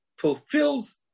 fulfills